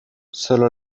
sólo